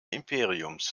imperiums